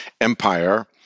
empire